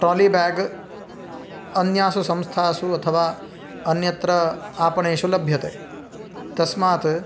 trolley bag अन्यासु संस्थासु अथवा अन्यत्र आपणेषु लभ्यते तस्मात्